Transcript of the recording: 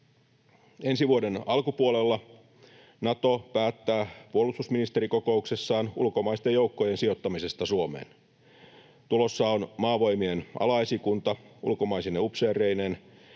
Ensi vuoden alkupuolella Nato päättää puolustusministerikokouksessaan ulkomaisten joukkojen sijoittamisesta Suomeen. Tulossa on Maavoimien alaesikunta ulkomaisine upseereineen